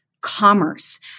commerce